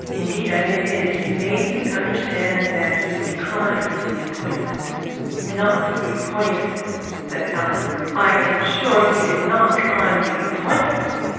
indeed, i may say that he made me understand that he declined the appointment not the appointment said eleanor. i am sure he did not decline the appointment.